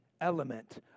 element